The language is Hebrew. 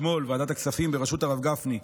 אתמול ועדת הכספים בראשות הרב גפני ובחברותך,